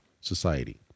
society